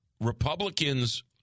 Republicans